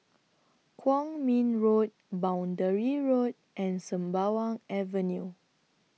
Kwong Min Road Boundary Road and Sembawang Avenue